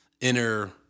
inner